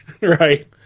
Right